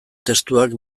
testuak